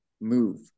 move